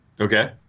Okay